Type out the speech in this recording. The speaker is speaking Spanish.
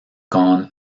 con